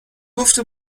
گفته